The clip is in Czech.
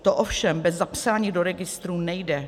To ovšem bez zapsání do registru nejde.